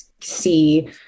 see